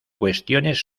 cuestiones